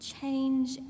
change